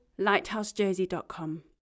lighthousejersey.com